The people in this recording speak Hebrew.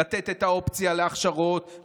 לתת את האופציה להכשרות,